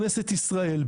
כנסת ישראל,